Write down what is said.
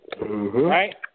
Right